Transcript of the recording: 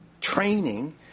training